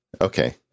Okay